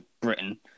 Britain